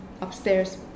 upstairs